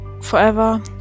forever